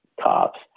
cops